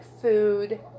food